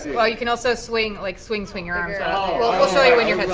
well, you can also swing, like swing, swing your arms. we'll show you when your